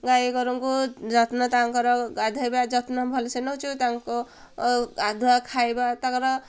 ଗାଈ ଗୋରଙ୍କୁ ଯତ୍ନ ତାଙ୍କର ଗାଧୋଇବା ଯତ୍ନ ଭଲସେ ନେଉଛୁ ତାଙ୍କୁ ଗାଧୁଆ ଖାଇବା ତାଙ୍କର